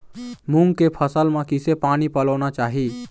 मूंग के फसल म किसे पानी पलोना चाही?